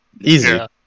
Easy